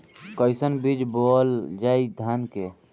कईसन बीज बोअल जाई धान के?